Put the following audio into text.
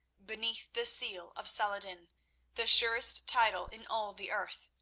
beneath the seal of saladin the surest title in all the earth.